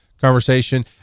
conversation